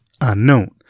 unknown